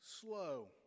slow